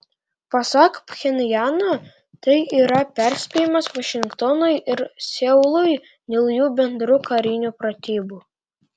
pasak pchenjano tai yra perspėjimas vašingtonui ir seului dėl jų bendrų karinių pratybų